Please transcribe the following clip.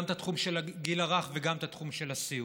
גם את התחום של הגיל הרך וגם את התחום של הסיעוד.